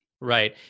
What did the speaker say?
Right